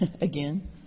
again